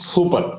Super